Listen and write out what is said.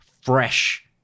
fresh